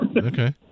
Okay